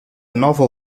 novel